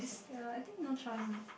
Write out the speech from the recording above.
ye I think no choice lah